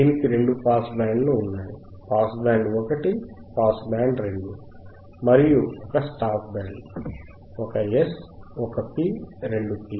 దీనికి రెండు పాస్ బ్యాండ్లు ఉన్నాయి పాస్ బ్యాండ్ ఒకటి పాస్ బ్యాండ్ రెండు మరియు ఒక stop band 1 S 1 P 2 P